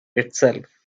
itself